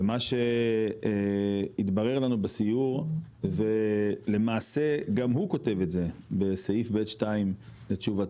ומה שהתברר לנו בסיור ולמעשה גם הוא כותב את זה בסעיף ב' 2 לתשובתו,